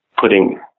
putting